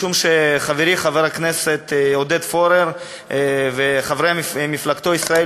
משום שחברי חבר הכנסת עודד פורר וחברי מפלגתו ישראל